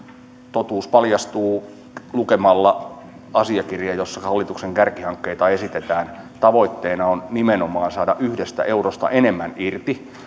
totuus paljastuu lukemalla asiakirja jossa hallituksen kärkihankkeita esitetään tavoitteena on nimenomaan saada yhdestä eurosta enemmän irti